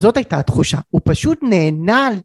זאת הייתה התחושה, הוא פשוט נהנה